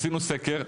עשינו סקר,